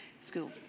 school